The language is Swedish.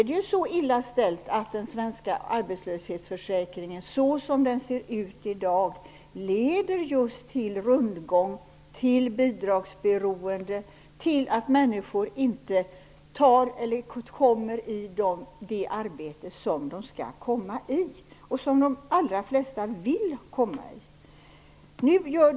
Det är så illa ställt att den svenska arbetslöshetsförsäkringen, så som den ser ut i dag, leder just till rundgång, till bidragsberoende och till att människor inte kommer ut i det arbete som de skall göra och som de allra flesta vill komma ut till.